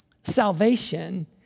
salvation